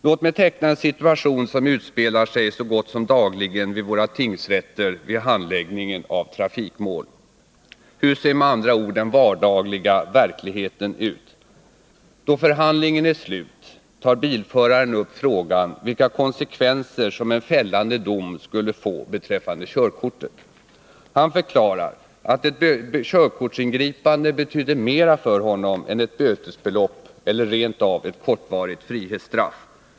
Låt mig teckna en situation som utspelar sig så gott som dagligen vid våra tingsrätter vid handläggningen av trafikmål. Hur ser med andra ord den vardagliga verkligheten ut? Då förhandlingen är slut tar bilföraren upp frågan vilka konsekvenser som en fällande dom skulle få beträffande körkortet. Han förklarar att ett körkortsingripande betydde mer för honom än ett bötesbelopp eller rent av ett kortvarigt frihetsstraff.